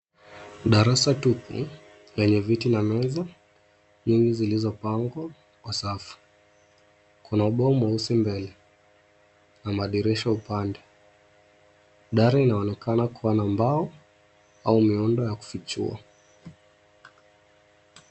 Darasa tupu lenye viti na meza nyingi zilizo pangwa kwa safu. Kuna ubao meusi mbele na madirisha upande. Dari inaonekana kuwa na mbao au miundo ya kufichua.